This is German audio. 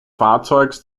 fahrzeugs